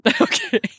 Okay